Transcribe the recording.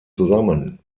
zusammen